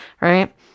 right